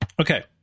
Okay